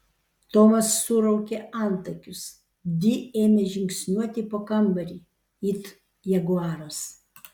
tomas suraukė antakius di ėmė žingsniuoti po kambarį it jaguaras